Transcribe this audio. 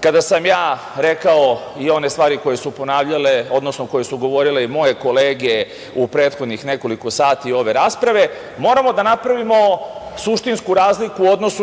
kada sam ja rekao i one stvari koje su ponavljale, odnosno koje su govorile i moje kolege u prethodnih nekoliko sati ove rasprave, moramo da napravimo suštinsku razliku u odnosu na